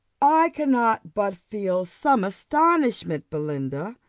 i cannot but feel some astonishment, belinda,